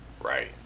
Right